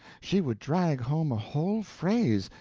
she would drag home a whole phrase,